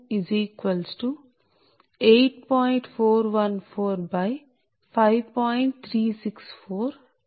3641